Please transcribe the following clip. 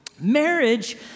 marriage